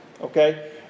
okay